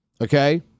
okay